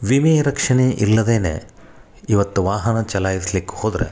ವಿಮೆ ರಕ್ಷಣೆ ಇಲ್ಲದೇ ಇವತ್ತು ವಾಹನ ಚಲಾಯಿಸ್ಲಿಕ್ಕೆ ಹೋದ್ರೆ